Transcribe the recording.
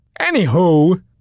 Anywho